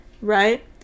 Right